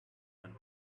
one